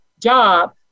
job